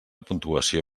puntuació